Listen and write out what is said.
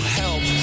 help